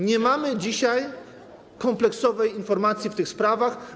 Nie mamy dzisiaj kompleksowej informacji w tych sprawach.